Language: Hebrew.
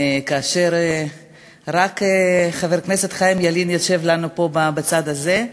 כאשר רק חבר הכנסת חיים ילין יושב לנו פה בצד הזה,